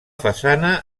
façana